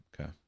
okay